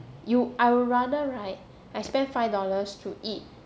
you I would rather right I spent five dollars to eat